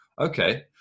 Okay